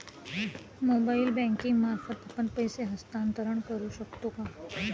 Mobile banking मार्फत आपण पैसे हस्तांतरण करू शकतो का?